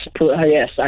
Yes